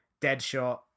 Deadshot